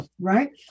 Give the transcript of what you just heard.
right